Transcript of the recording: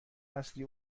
اصلی